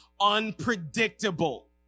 unpredictable